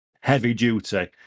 heavy-duty